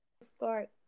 start